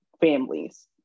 families